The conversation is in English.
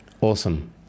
Awesome